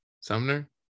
sumner